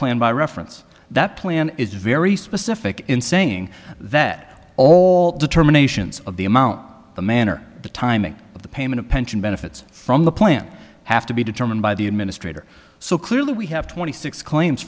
plan by reference that plan is very specific in saying that all determinations of the amount the manner the timing of the payment of pension benefits from the plan have to be determined by the administrator so clearly we have twenty six claims